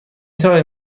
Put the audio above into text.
توانید